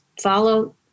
follow